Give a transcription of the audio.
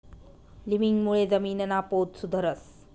लिमिंगमुळे जमीनना पोत सुधरस